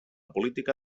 política